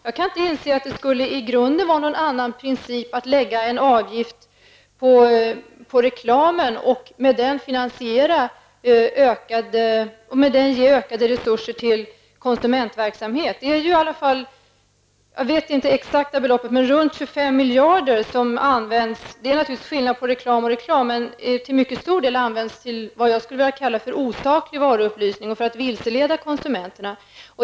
Jag kan inte inse att det i grunden skulle vara någon skillnad om man lade en avgift på reklamen och därmed kunde ge ökade resurser till konsumentverksamhet. Det är naturligtvis skillnad på olika sorters reklam. Ca 25 miljarder används dock till, vad jag skulle vilja kalla, osaklig varuupplysning och för att vilseleda konsumenterna.